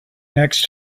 next